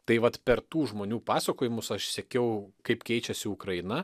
tai vat per tų žmonių pasakojimus aš sekiau kaip keičiasi ukraina